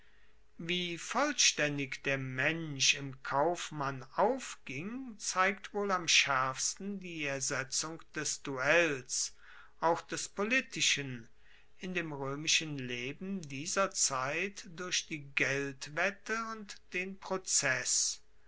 wie vollstaendig der mensch im kaufmann aufging zeigt wohl am schaerfsten die ersetzung des duells auch des politischen in dem roemischen leben dieser zeit durch die geldwette und den prozess